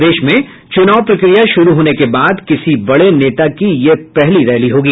प्रदेश में चूनाव प्रक्रिया शुरू होने के बाद किसी बड़े नेता की यह पहली रैली होगी